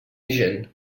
gent